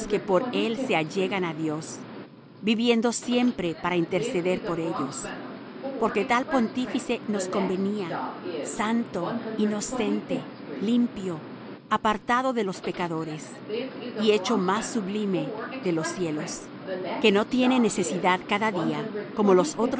por él se allegan á dios viviendo siempre para interceder por ellos porque tal pontífice nos convenía santo inocente limpio apartado de los pecadores y hecho más sublime de los cielos que no tiene necesidad cada día como los